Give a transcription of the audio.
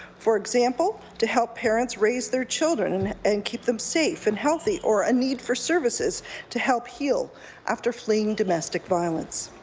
for example, to help parents raise their children and keep them safe and healthy or a need for services to help heal after fleeing domestic violence.